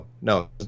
No